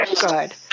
good